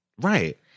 right